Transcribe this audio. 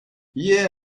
yeah